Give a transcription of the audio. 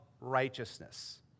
righteousness